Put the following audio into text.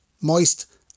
moist